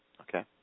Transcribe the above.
okay